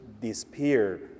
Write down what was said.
disappear